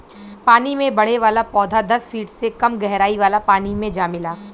पानी में बढ़े वाला पौधा दस फिट से कम गहराई वाला पानी मे जामेला